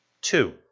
two